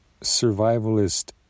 survivalist